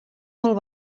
molt